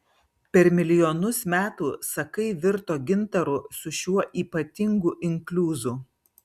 per milijonus metų sakai virto gintaru su šiuo ypatingu inkliuzu